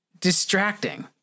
distracting